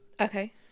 Okay